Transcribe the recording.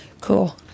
Cool